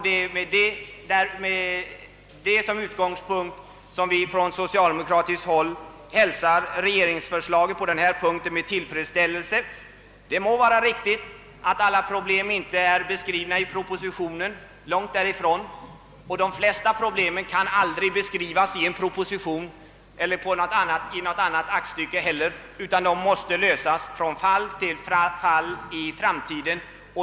Det är från denna utgångspunkt som vi socialdemokrater hälsar regeringsförslaget med tillfredsställelse. Det må vara riktigt att alla problem inte är beskrivna i propositionen — långtifrån — men de flesta problem på detta område kan aldrig beskrivas i en proposition: eller något annat aktstycke utan måste angripas från fall till fall i framtiden.